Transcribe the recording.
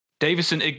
Davison